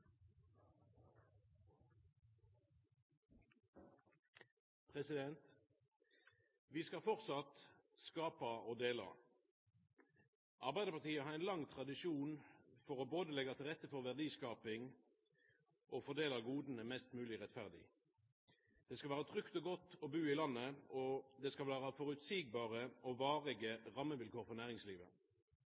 Vi skal framleis skapa og dela. Arbeidarpartiet har ein lang tradisjon for både å leggja til rette for verdiskaping og å fordela goda mest mogleg rettferdig. Det skal vera trygt og godt å bu i landet, og det skal vera føreseielege og varige rammevilkår for næringslivet.